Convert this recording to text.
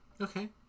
Okay